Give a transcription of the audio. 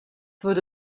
würde